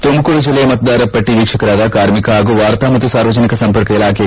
ತುಮಕೂರು ಜಿಲ್ಲೆಯ ಮತದಾರರ ಪಟ್ಟಿ ವೀಕ್ಷಕರಾದ ಕಾರ್ಮಿಕ ಹಾಗೂ ವಾರ್ತಾ ಮತ್ತು ಸಾರ್ವಜನಿಕ ಸಂಪರ್ಕ ಇಲಾಖೆಯ